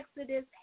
Exodus